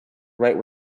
write